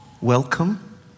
welcome